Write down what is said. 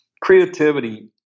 creativity